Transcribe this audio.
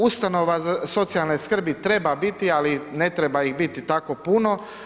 Ustanova socijalne skrbi treba biti, ali ne treba ih biti tako puno.